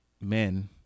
men